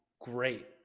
great